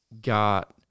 got